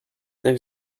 there